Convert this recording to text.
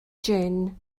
jin